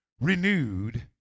renewed